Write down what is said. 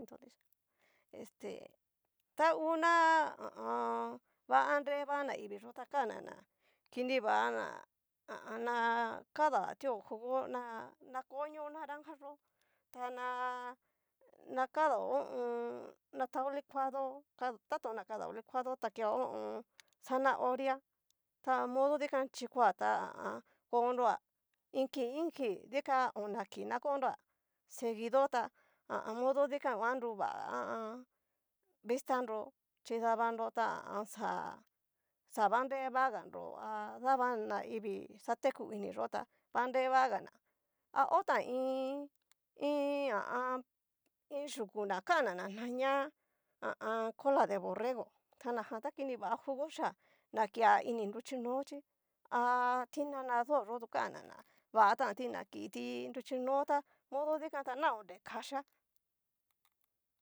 este ta ngu na ha a an. va anre va naivii yó ta kan ná na kiniva ná ha a a. na kadatio jugo na nkonio naranja yó tá na. nakadao ho o on. na tao licuado, ta tón na kadao licuado ta keo ho o on. zanahoria ta modo dikuan chikoa ta ha a an. konroa iin ki iin ki dikan ona kii na konroa seguido tá ha a an. modo dikan nruvá ha a an. vista nro chi dananro ta ha a an. xa, xavanre vaganro ha dava naivii xa teku iniyó tá va nrevagana, a otan iin, iin, ha a an iin yuku na kana ná na nania ha a an. cola de borrego, ta na jan ta kini va jugo xhía, na kia ini nruchinó chí há ti nanadóyo tu kana vatanti na kiti nruchino tá modo dikan na konre kaxhia.